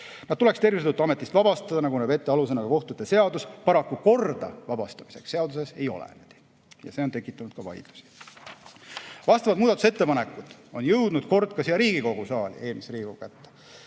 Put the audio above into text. Nad tuleks tervise tõttu ametist vabastada, nagu näeb ette alusena ka kohtute seadus, paraku korda vabastamiseks seaduses ei ole ja see on tekitanud vaidlusi. Vastavad muudatusettepanekud on jõudnud kord ka siia Riigikogu saali, eelmise Riigikogu kätte,